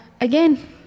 Again